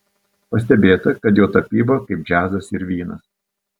pastebėta kad jo tapyba kaip džiazas ir vynas